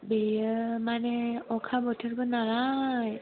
बेयो माने अखा बोथोरबो नालाय